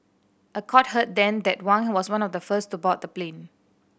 a court heard then that Wang was one of the first to board the plane